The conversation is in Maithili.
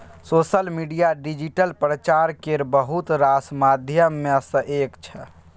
सोशल मीडिया डिजिटल प्रचार केर बहुत रास माध्यम मे सँ एक छै